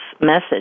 Message